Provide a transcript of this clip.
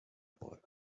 boy